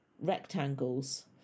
rectangles